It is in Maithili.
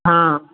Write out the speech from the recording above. हाँ